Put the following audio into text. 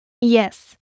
Yes